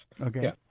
Okay